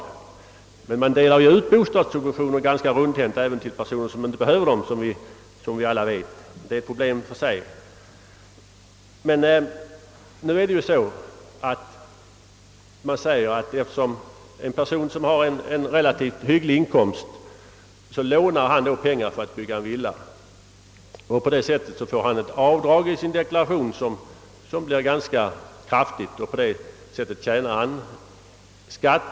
Som vi alla vet delar man ut subventioner ganska rundhänt även till personer som inte behöver dem och som bor i hyreshus, men det är ett problem för sig. Nu säger man att när en person som har en relativt hygglig inkomst lånar pengar för att bygga en villa och får göra avdrag för räntan i sin deklaration tjänar han på det sättet skatt.